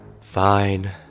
Fine